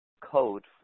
code